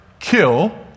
kill